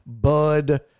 Bud